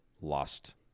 Lost